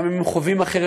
גם אם הם חווים אחרת,